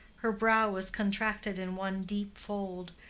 her brow was contracted in one deep fold,